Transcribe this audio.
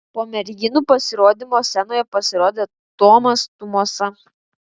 po merginų pasirodymo scenoje pasirodė tomas tumosa